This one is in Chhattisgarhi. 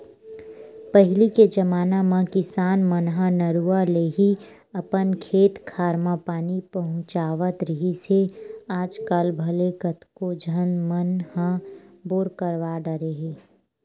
पहिली के जमाना म किसान मन ह नरूवा ले ही अपन खेत खार म पानी पहुँचावत रिहिस हे आजकल भले कतको झन मन ह बोर करवा डरे हे